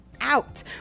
out